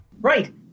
Right